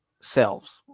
selves